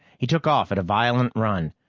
he took off at a violent run,